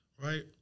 right